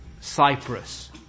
Cyprus